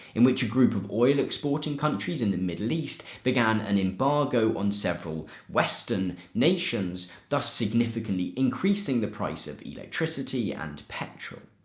in which a group of oil exporting countries in the middle east began an embargo on several western nations thus significantly increasing the price of electricity and petrol.